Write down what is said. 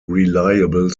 reliable